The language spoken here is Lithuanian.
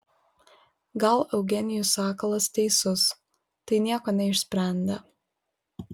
gal eugenijus sakalas teisus tai nieko neišsprendė